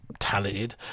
talented